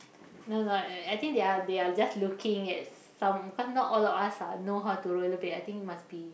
no like uh I think they are they are just looking at some cause not all of us are know how to rollerblade I think must be